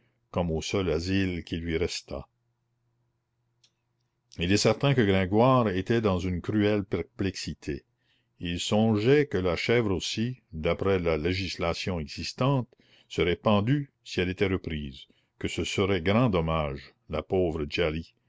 comme au seul asile qui lui restât il est certain que gringoire était dans une cruelle perplexité il songeait que la chèvre aussi d'après la législation existante serait pendue si elle était reprise que ce serait grand dommage la pauvre djali